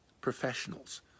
Professionals